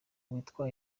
witwa